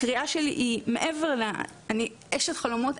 אשת חלומות,